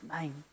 name